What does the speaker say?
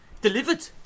delivered